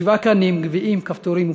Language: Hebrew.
שבעה קנים, גביעים, כפתורים ופרחים,